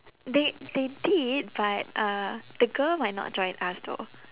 they they did but uh the girl might not join us though